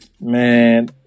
Man